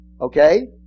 Okay